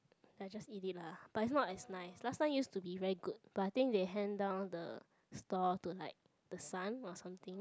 I just eat it lah but it's not as nice last time used to be very good but I think they hand down the stall to like the son or something